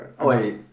Wait